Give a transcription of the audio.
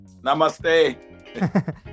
Namaste